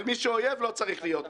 אבל מי שאויב לא צריך להיות כאן.